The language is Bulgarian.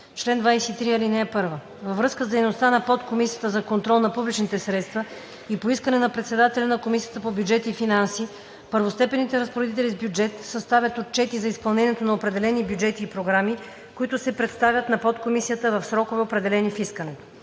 „Чл. 23. (1) Във връзка с дейността на Подкомисията за контрол на публичните средства и по искане на председателя на Комисията по бюджет и финанси първостепенните разпоредители с бюджет съставят отчети за изпълнението на определени бюджети и програми, които се представят на подкомисията в срокове, определени в искането.